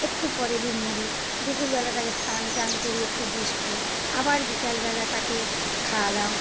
একটু পরে দিই মুড়ি দুপুরবেলা তাকে স্নানটান করিয়ে একটু বিস্কুট আবার বিকালবেলা তাকে খাওয়ালাম